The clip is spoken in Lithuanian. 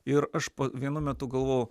ir aš vienu metu galvojau